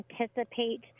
anticipate